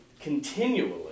continually